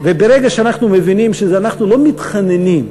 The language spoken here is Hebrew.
וברגע שאנחנו מבינים שאנחנו לא מתחננים,